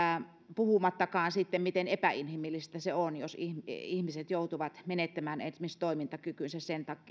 puhumattakaan sitten siitä miten epäinhimillistä se on jos ihmiset joutuvat menettämään esimerkiksi toimintakykynsä